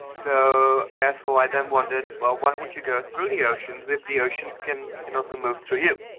so therefore i then wondered, well, why would you go through the oceans if the oceans can can also move through you.